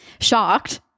Shocked